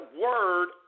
word